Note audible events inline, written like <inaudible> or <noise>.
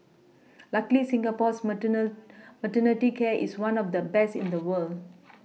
<noise> luckily Singapore's mater <unintelligible> maternity care is one of the best in the world <noise>